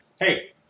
Hey